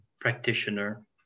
practitioner